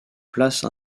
place